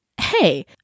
hey